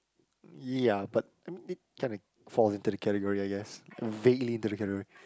ya but I mean it kinda falls into the category I guess vaguely into the category